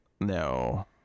No